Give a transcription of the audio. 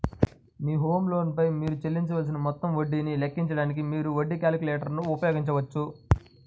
మీ home loan పై మీరు చెల్లించవలసిన మొత్తం వడ్డీని లెక్కించడానికి, మీరు వడ్డీ క్యాలిక్యులేటర్ ఉపయోగించవచ్చు